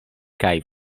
kaj